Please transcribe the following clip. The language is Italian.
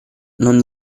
non